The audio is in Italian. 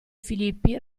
filippi